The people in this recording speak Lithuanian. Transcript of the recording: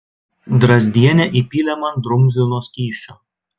drazdienė įpylė man drumzlino skysčio